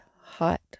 hot